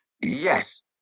Yes